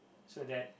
so that